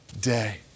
day